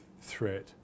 threat